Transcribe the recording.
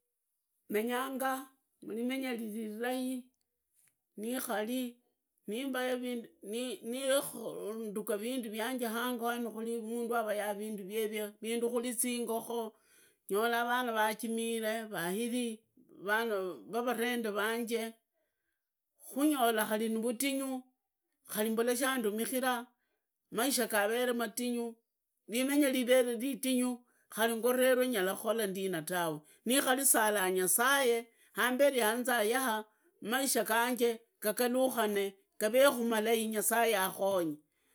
Menyanga mlimenga lirai nikhali nivaga, nindukha vindu vyanye hango hanju hana kuri mundu avaya vindu vyevye kuri zingokoo, nyola vana vajimiree vahiri, vana vavarende vanje khunyola khari nivudingu, khari mbura shandumimranga maisha gavere matingu, limenya livere litingu, khari ngorere nyara kukhola ndina tawe, nikari sala nyasaye ambe vyanza yaha maisha ganje gakarukane gavekha malai nyasaye akhonye.